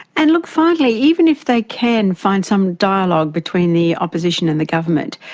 and look, finally, even if they can find some dialogue between the opposition and the government,